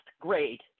grade